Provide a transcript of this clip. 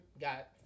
got